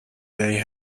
they